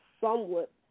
somewhat